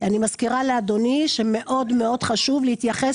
אני מזכירה לאדוני שמאוד מאוד חשוב להתייחס